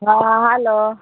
ହଁ ହେଲୋ